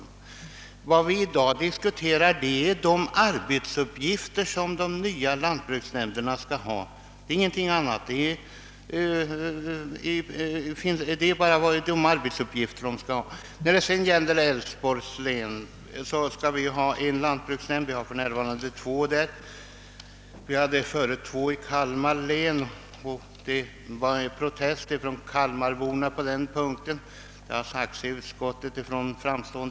Vad vi i dag diskuterar är de arbetsuppgifter dessa nya lantbruksnämnder skall ha, ingenting annat. I Älvsborgs län skall finnas en lantbruksnämnd mot för närvarande två. Det fanns förut två i Kalmar län. Det har sagts i utskottet av framstående l1edamöter att det har gått bra med en nämnd och, herr Persson i Heden, det finns ändå vissa borgerliga ledamöter som anslutit sig till utskottets förslag på denna punkt, vilket alltså innebär att en lantbruksnämnd skall inrättas i Äälvsborgs län. Jag kan väl förstå att man är något bunden till den trakt som man arbetar i.